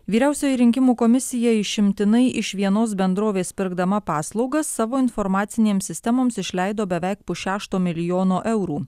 vyriausioji rinkimų komisija išimtinai iš vienos bendrovės pirkdama paslaugas savo informacinėms sistemoms išleido beveik pusšešto milijono eurų